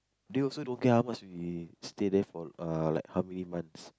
they also don't care how much we stay there for uh like how many months